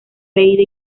leída